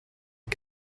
les